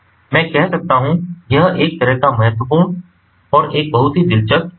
मैं कह सकता हूं यह एक तरह का महत्वपूर्ण और एक बहुत ही दिलचस्प स्रोत है